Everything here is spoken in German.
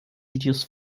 videos